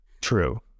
True